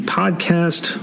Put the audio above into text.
podcast